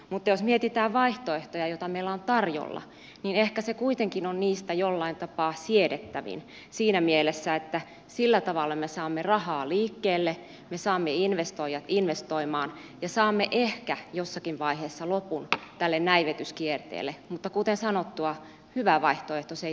mutta jos mietitään vaihtoehtoja joita meillä on tarjolla niin ehkä se kuitenkin on niistä jollain tapaa siedettävin siinä mielessä että sillä tavalla me saamme rahaa liikkeelle me saamme investoijat investoimaan ja saamme ehkä jossakin vaiheessa lopun tälle näivetyskierteelle mutta kuten sanottua hyvä vaihtoehto se ei tietenkään ole